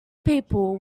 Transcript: people